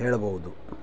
ಹೇಳಬೋದು